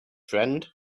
friend